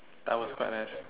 that was quite nice